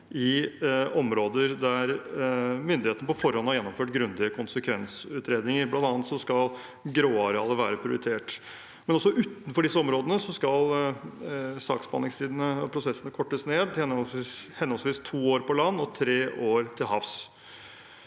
i områder der myndighetene på forhånd har gjennomført grundige konsekvensutredninger. Blant annet skal gråarealer være prioritert, men også utenfor disse områdene skal saksbehandlingstidene og -prosessene kortes ned, til henholdsvis to år på land og tre år til havs.